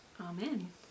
Amen